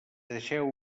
deixeu